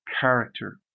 character